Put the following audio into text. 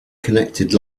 connected